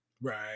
right